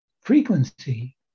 frequency